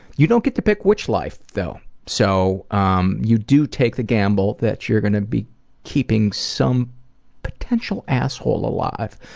you don't get to pick which life, though. so um you do take the gamble that you're going to be keeping some potential asshole alive.